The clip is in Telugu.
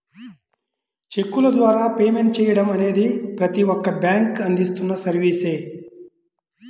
చెక్కుల ద్వారా పేమెంట్ చెయ్యడం అనేది ప్రతి ఒక్క బ్యేంకూ అందిస్తున్న సర్వీసే